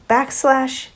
Backslash